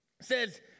Says